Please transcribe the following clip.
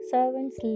Servants